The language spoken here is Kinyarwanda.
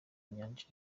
nyanja